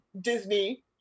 disney